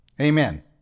Amen